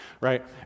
right